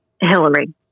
Hillary